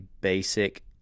basic